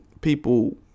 people